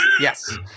yes